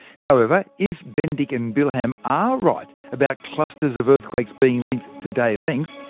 however, if bendick and bilham are right about clusters of earthquakes being linked to day length,